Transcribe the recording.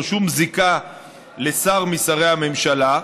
לא שום זיקה לשר משרי הממשלה.